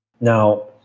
Now